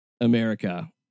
America